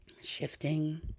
shifting